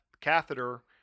catheter